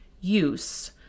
use